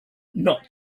not